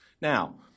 Now